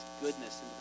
goodness